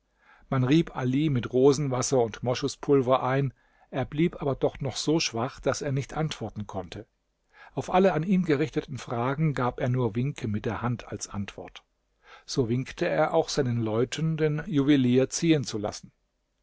man rieb ali mit rosenwasser und moschuspulver ein er blieb aber doch noch so schwach daß er nicht antworten konnte auf alle an ihn gerichteten fragen gab er nur winke mit der hand als antwort so winkte er auch seinen leuten den juwelier ziehen zu lassen